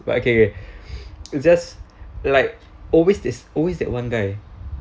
but okay okay it's just like always is always that one guy